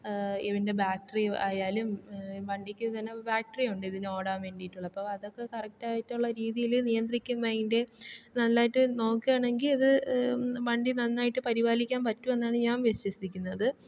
ഇതിൻ്റെ ബാറ്ററി ആയാലും വണ്ടിക്ക് തന്നെ ബാറ്ററി ഉണ്ട് ഇതിന് ഓടാൻ വേണ്ടിയിട്ടുള്ള അപ്പോൾ അതൊക്കെ കറക്ട് ആയിട്ടുള്ള രീതിയിൽ നിയന്ത്രിക്കുമ്പോൾ അതിൻ്റെ നല്ലതായിട്ട് നോക്കുകയാണെങ്കിൽ അത് വണ്ടി നന്നായിട്ട് പരിപാലിക്കാൻ പറ്റും എന്നാണ് ഞാൻ വിശ്വസിക്കുന്നത്